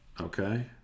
Okay